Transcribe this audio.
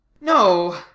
No